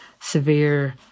severe